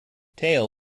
tail